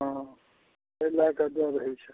हँ एहि लए कए डर होइ छै